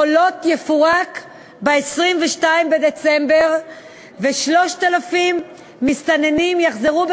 "חולות" יפורק ב-22 בדצמבר ו-3,000 מסתננים יחזרו